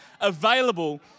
available